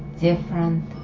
different